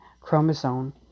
chromosome